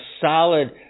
solid